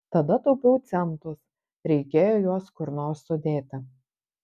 tada taupiau centus reikėjo juos kur nors sudėti